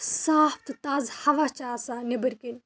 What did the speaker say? صاف تہٕ تازٕ ہوا چھِ آسان نٮ۪بٕرۍ کِنۍ